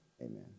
Amen